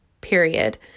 period